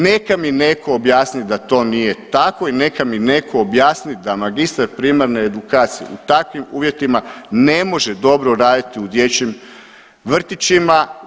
Neka mi netko objasni da to nije tako i neka mi netko objasni da magistar primarne edukacije u takvim uvjetima ne može dobro raditi u dječjim vrtićima.